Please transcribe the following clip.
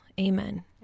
Amen